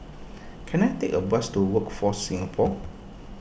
can I take a bus to Workforce Singapore